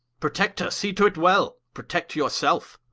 protector see to't well, protect your selfe